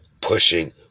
pushing